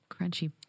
crunchy